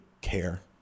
care